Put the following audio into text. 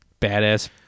badass